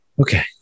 okay